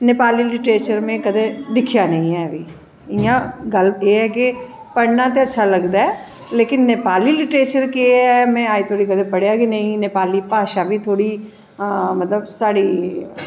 Nepali literature में कदैं दिक्खेआ नी ऐ भाई इयां गल्ल एह ऐ कि पढ़नां ते अच्छा लगदा ऐ लेकिन नेपाली लिट्रेचर केह् ऐ अज़ें तक में पढ़ेआ गै नी नेपाली भाशा बी थोह्ड़ी मतलव थोह्ड़ी साढ़ी